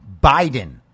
Biden